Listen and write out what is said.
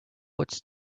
woods